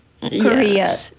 Korea